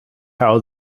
how